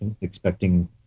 expecting